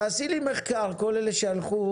תעשי לי מחקר, כל אלה שהלכו